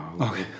Okay